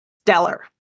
stellar